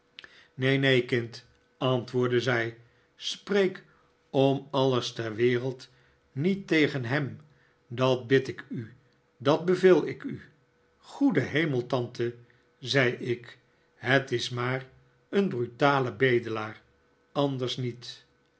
neen neen kind antwoordde zij spreek om alles ter wereld niet tegen hem dat bid ik u dat beveel ik u goede hemel tante zei ik het is maar een brutale bedelaar anders niet